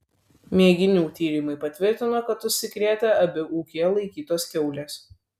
mėginių tyrimai patvirtino kad užsikrėtė abi ūkyje laikytos kiaulės